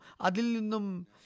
Adilinum